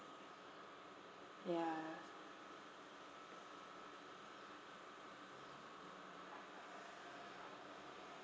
ya